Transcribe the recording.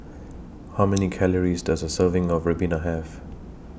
How Many Calories Does A Serving of Ribena Have